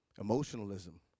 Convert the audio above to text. Emotionalism